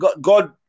God